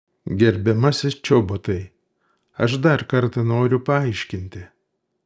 gerbiamasis čobotai aš dar kartą noriu paaiškinti